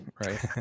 right